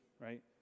right